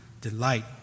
delight